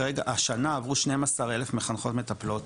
כרגע השנה עברו 12 אלף מחנכות מטפלות,